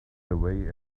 away